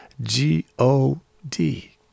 G-O-D